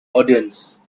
audience